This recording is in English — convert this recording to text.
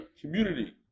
community